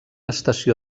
estació